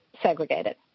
segregated